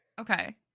okay